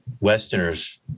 Westerners